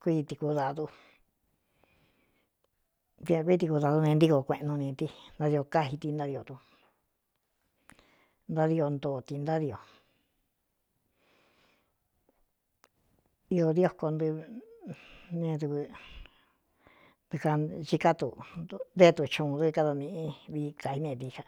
kddutiakuiti kudadu ne ntíko kueꞌnu ni tí ntádio káxi ti ntádio du ntádio ntoo ti ntádi iō dioko nɨ ne dvɨ ntɨɨkan chiká duté e tuchuun dɨ́kádo miꞌi vi kaineédií ka.